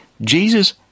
Jesus